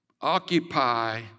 occupy